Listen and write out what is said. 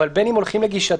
אבל בין אם הולכים לגישתם,